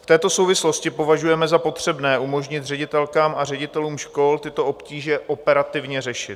V této souvislosti považujeme za potřebné umožnit ředitelkám a ředitelům škol tyto obtíže operativně řešit.